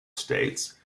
states